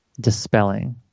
dispelling